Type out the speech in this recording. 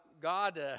God